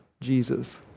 Jesus